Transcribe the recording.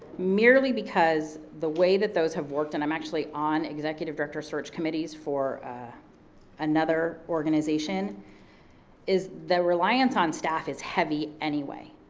merely because the way that those have worked and i'm actually on executive director search committees for another organization is the reliance on staff is heavy anyway.